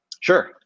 Sure